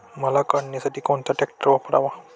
मका काढणीसाठी कोणता ट्रॅक्टर वापरावा?